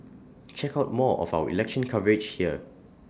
check out more of our election coverage here